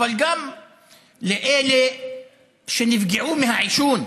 אבל גם לאלה שנפגעו מהעישון,